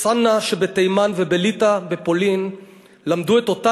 בצנעא שבתימן ובליטא ובפולין למדו את אותה